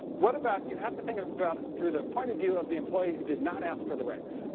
what about, you have to think about it through the point of view of the employee who did not ask for the raise.